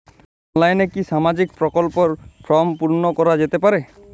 অনলাইনে কি সামাজিক প্রকল্পর ফর্ম পূর্ন করা যেতে পারে?